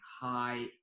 high